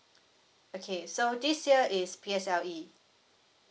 okay so this year is P S L E